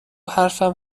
حرفم